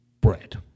bread